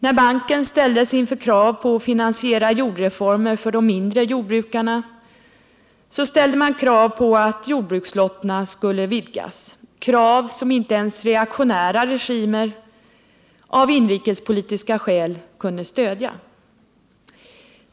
När banken ställdes inför krav på att finansiera jordreformer för de mindre jordbrukarna, ställde man krav på att jordbrukslotterna skulle vidgas, krav som inte ens reaktionära regimer av inrikespolitiska skäl kunde stödja.